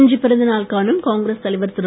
இன்று பிறந்தநாள் காணும் காங்கிரஸ் தலைவர் திரு